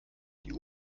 die